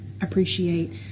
appreciate